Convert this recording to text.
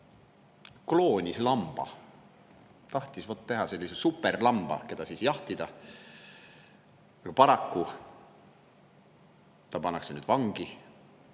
kloonis lamba. Tahtis teha vot sellise superlamba, keda siis jahtida. Paraku ta pannakse nüüd vangi.